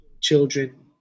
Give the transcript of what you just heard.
children